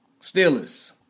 Steelers